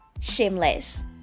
shameless